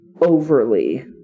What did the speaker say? overly